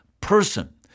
person